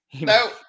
No